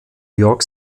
york